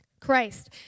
Christ